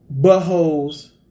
buttholes